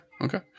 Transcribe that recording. okay